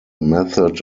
method